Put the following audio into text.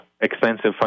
expensive